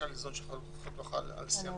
שהחוק לא חל על נשיא המדינה,